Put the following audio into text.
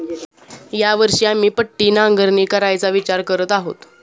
या वर्षी आम्ही पट्टी नांगरणी करायचा विचार करत आहोत